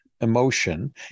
emotion